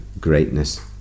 greatness